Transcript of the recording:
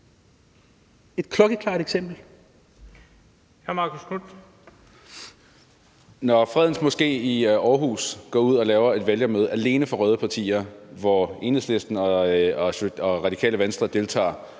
et klokkeklart eksempel.